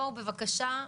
בוא בבקשה,